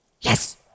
Yes